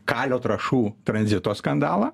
kalio trąšų tranzito skandalą